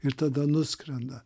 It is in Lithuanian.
ir tada nuskrenda